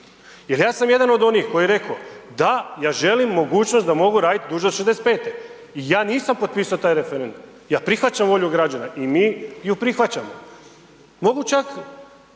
Jer ja sam jedan od onih koji je rekao da, ja želim mogućnost da mogu raditi duže od 65. I ja nisam potpisao taj referendum, ja prihvaćam volju građana i mi ju prihvaćamo. Mogu čak